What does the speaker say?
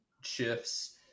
shifts